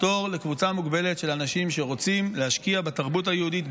פטור לקבוצה מוגבלת של אנשים שרוצים להשקיע בתרבות היהודית,